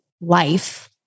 life